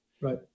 Right